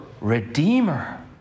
Redeemer